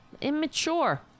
Immature